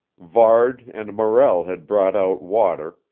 varde and morrell had brought out water,